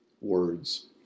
words